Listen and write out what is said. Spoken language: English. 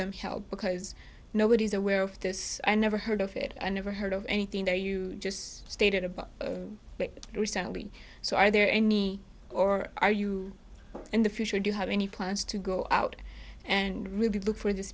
them help because nobody's aware of this i never heard of it i never heard of anything there you just stated above but recently so are there any or are you in the future do you have any plans to go out and really look for these